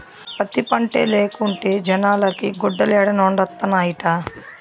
పత్తి పంటే లేకుంటే జనాలకి గుడ్డలేడనొండత్తనాయిట